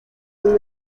una